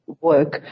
work